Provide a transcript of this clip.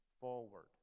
forward